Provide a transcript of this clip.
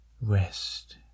Rest